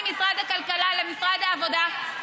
עבר ממשרד הכלכלה למשרד העבודה,